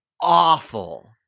awful